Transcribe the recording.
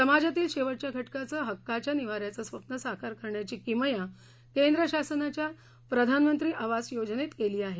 समाजातील शेवटच्या घटकाच हक्काच्या निवाऱ्याच स्वप्न साकार करण्याची किमया केंद्र शासनाच्या प्रधानमंत्री आवास योजनेत केली आहे